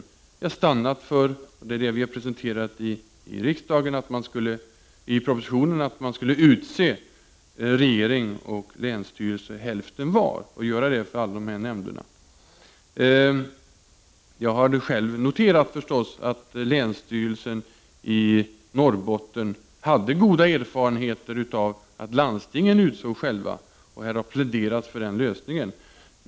Vi har stannat för, och det är det vi har presenterat i propositionen, att regeringen och länsstyrelsen skulle utse hälften var när det gäller samtliga de här nämnderna. Jag har naturligtvis själv noterat att länsstyrelsen i Norrbotten hade goda erfarenheter av att landstinget självt utsåg nämnderna. Det har man pläderat för här.